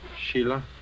Sheila